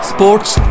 Sports